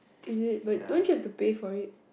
is it but don't you have to pay for it